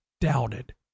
doubted